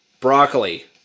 Broccoli